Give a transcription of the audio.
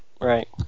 Right